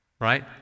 right